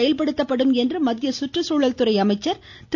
செயல்படுத்தப்படும் என்று மத்திய சுற்றுசூழல்துறை அமைச்சர் திரு